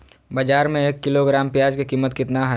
बाजार में एक किलोग्राम प्याज के कीमत कितना हाय?